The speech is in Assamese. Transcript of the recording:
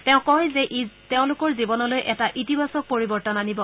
তেওঁ কয় যে ই তেওঁলোকৰ জীৱনলৈ এটা ইতিবাচক পৰিবৰ্তন আনিব